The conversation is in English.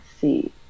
see